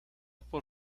por